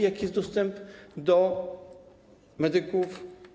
Jaki jest dostęp do medyków?